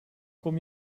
kom